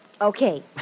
Okay